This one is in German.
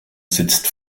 sitzt